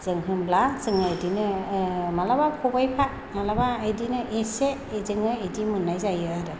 जों होनब्ला जोङो बिदिनो मालाबा खबाइफा मालाबा बिदिनो एसे बिदिनो मोननाय जायो आरो